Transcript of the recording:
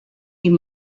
die